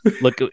look